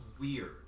weird